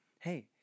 hey